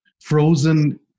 frozen